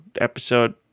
episode